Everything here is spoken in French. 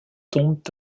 tombent